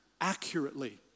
accurately